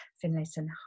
Finlayson